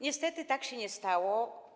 Niestety tak się nie stało.